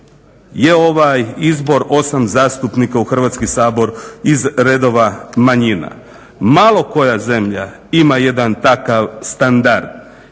je ovaj izbor 8 zastupnika u Hrvatski sabor iz redova manjina. Malo koja zemlja ima jedan takav standard.